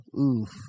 Oof